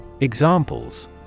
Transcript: Examples